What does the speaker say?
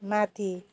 माथि